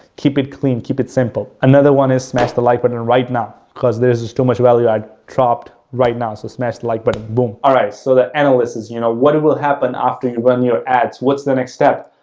keep it clean, keep it simple. another one is smash the like button and right now because there's just too much value like chopped right now, so smash like but, boom. alright, so the analysis, you know, what will happen after you run your ads, what's the next step?